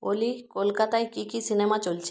ওলি কলকাতায় কী কী সিনেমা চলছে